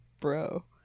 bro